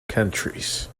countries